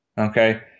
Okay